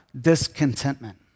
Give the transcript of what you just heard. discontentment